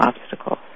obstacles